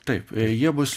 taip jie bus